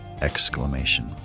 exclamation